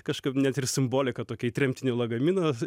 kažkaip net ir simbolika tokį tremtinio lagaminą